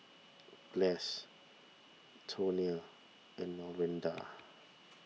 Glynis Tonia and Lorinda